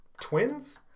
twins